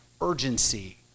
urgency